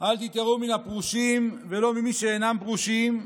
"אל תתיראי מן הפרושין ולא ממי שאינן פרושין,